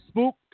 Spook